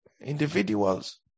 individuals